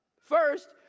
First